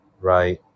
right